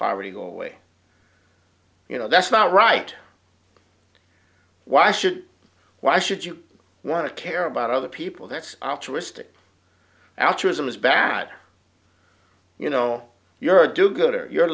poverty go away you know that's not right why should why should you want to care about other people that's altruistic altruism is bad you know your do good or you